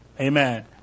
Amen